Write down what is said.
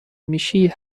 میشی